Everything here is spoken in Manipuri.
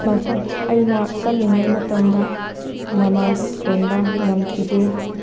ꯑꯩꯅ ꯀꯜꯂꯤꯉꯩ ꯃꯇꯝꯗ ꯅꯃꯥꯁ ꯁꯣꯟꯕ ꯉꯝꯈꯤꯗꯦ